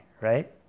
right